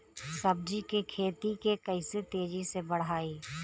सब्जी के खेती के कइसे तेजी से बढ़ाई?